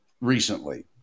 recently